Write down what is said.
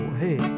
hey